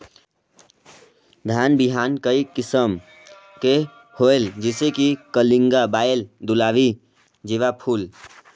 धान बिहान कई किसम के होयल जिसे कि कलिंगा, बाएल दुलारी, जीराफुल?